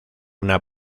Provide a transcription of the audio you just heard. una